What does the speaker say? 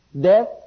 death